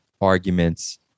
arguments